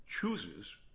chooses